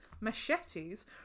machetes